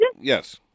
yes